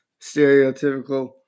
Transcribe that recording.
stereotypical